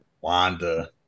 Wanda